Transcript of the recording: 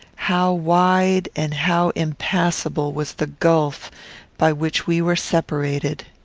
how wide and how impassable was the gulf by which we were separated!